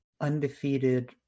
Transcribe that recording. undefeated